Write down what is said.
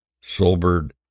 sobered